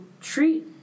treat